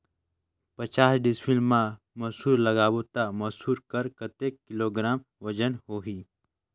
पचास डिसमिल मा मसुर लगाबो ता मसुर कर कतेक किलोग्राम वजन होही?